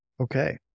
Okay